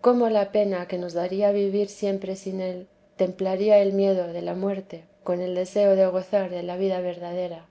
cómo la pena que nos daría vivir siempre sin él templaría el miedo de la muerte con el deseo de gozar de la vida verdadera